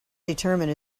determine